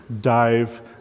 dive